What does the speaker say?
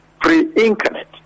pre-incarnate